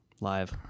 live